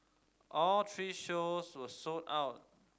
all three shows were sold out